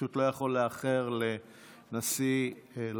פשוט אני לא יכול לאחר לנשיא לטביה.